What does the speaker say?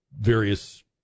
various